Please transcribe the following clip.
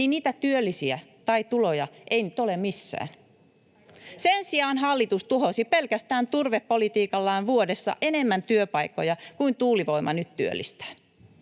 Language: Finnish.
niin niitä työllisiä tai tuloja ei nyt ole missään. Sen sijaan hallitus tuhosi pelkästään turvepolitiikallaan vuodessa enemmän työpaikkoja kuin tuulivoima nyt työllistää.